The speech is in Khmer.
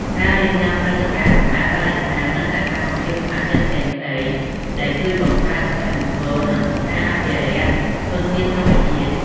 ការរៀបចំព្រឹត្តិការណ៍សម្អាតបរិស្ថាន និងសកម្មភាពស្ម័គ្រចិត្តផ្សេងៗ ដែលជួយបង្កើតសុភមង្គល និងការអភិរក្សធនធានធម្មជាតិ។